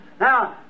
Now